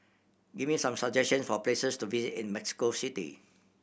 give me some suggestion for places to visit in Mexico City